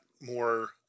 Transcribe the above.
more